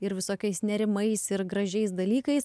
ir visokiais nerimais ir gražiais dalykais